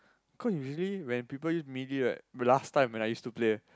cause usually people use melee right last time when I used to play